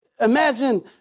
Imagine